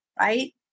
Right